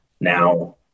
now